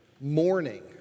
mourning